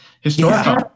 historical